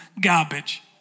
garbage